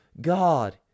god